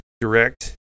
direct